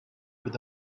with